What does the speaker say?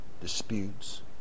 disputes